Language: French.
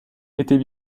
était